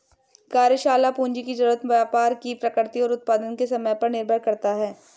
कार्यशाला पूंजी की जरूरत व्यापार की प्रकृति और उत्पादन के समय पर निर्भर करता है